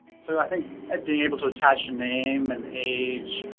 so i think being able to attach a name and age,